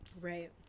Right